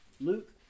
Luke